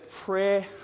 prayer